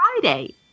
Friday